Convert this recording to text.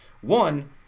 One